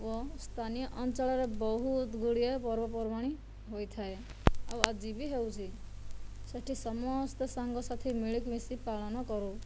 ଓ ସ୍ଥାନୀୟ ଅଞ୍ଚଳର ବହୁତଗୁଡ଼ିଏ ପର୍ବପର୍ବାଣି ହୋଇଥାଏ ଆଉ ଆଜି ବି ହେଉଛି ସେଠି ସମସ୍ତେ ସାଙ୍ଗସାଥି ମିଳି ମିଶି ପାଳନକରୁ